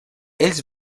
ells